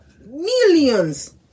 millions